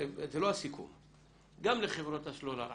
גם לחברות הסלולר,